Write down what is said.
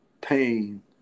pain